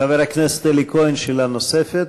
חבר הכנסת אלי כהן, שאלה נוספת.